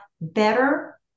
better